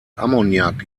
ammoniak